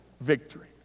victory